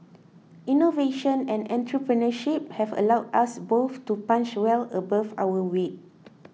innovation and entrepreneurship have allowed us both to punch well above our weight